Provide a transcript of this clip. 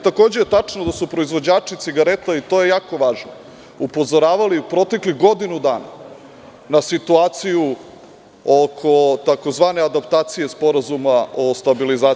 Takođe je tačno da su proizvođači cigareta, i to je jako važno, upozoravali u proteklih godinu dana na situaciju oko tzv. adaptacije SSP.